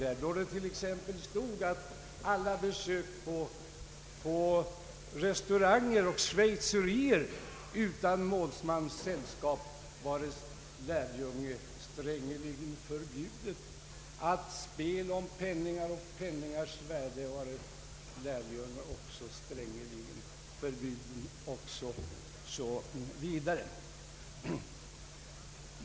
Det stod t.ex. att alla besök på restauranger och schweizerier utan målsmans sällskap vare lärjunge strängeligen förbjudet, att spel om penningar och penningars värde vare lärjunge strängeligen förbjudet o.s.v.